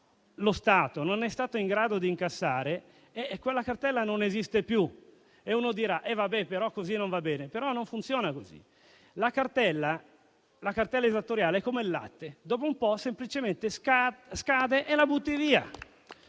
lo Stato, non è stato in grado di incassare, quella cartella non esiste più. Qualcuno dirà che così non va bene, ma non funziona così: la cartella esattoriale è come il latte, dopo un po' semplicemente scade e la butti via